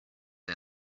and